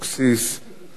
אני מזמין אותך